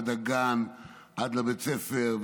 עד לגן עד לבית ספר,